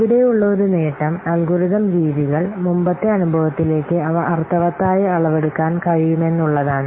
ഇവിടെയുള്ള ഒരു നേട്ടം അൽഗോരിതം രീതികൾ മുമ്പത്തെ അനുഭവത്തിലേക്ക് അവ അർത്ഥവത്തായ അളവെടുക്കാൻ കഴിയുമെന്നുള്ളതാണ്